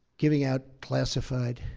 giving out classified